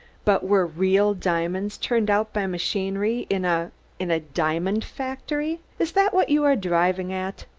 but were real diamonds turned out by machinery in a in a diamond factory? is that what you are driving at?